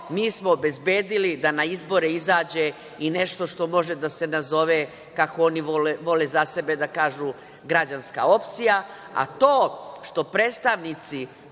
mi smo obezbedili da na izbore izađe i nešto što može da se nazove, kako oni vole za sebe da kažu – građanska opcija. A to što predstavnici